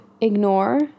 ignore